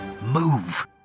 Move